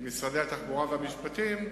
משרד התחבורה ומשרד המשפטים,